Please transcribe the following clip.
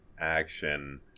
action